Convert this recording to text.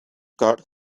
card